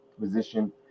position